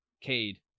Cade